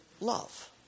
love